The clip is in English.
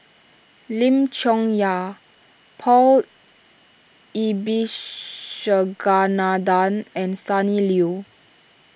Lim Chong Yah Paul Abisheganaden and Sonny Liew